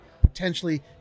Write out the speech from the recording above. potentially